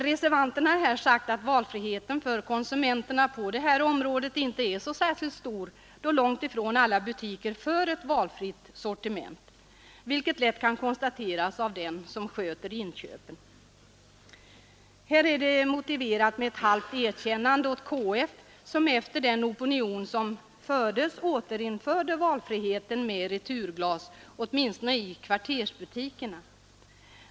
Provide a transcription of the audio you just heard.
Reservanterna har här sagt att valfriheten för konsumenterna på detta område inte är särskilt stor, då långt ifrån alla butiker för ett valfritt sortiment, vilket lätt kan konstateras av den som sköter inköpen. Här är det motiverat med ett halvt erkännande åt KF, som efter den opinion åtminstone i kvarters som fördes återinförde valfriheten med returglas butikerna.